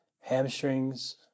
hamstrings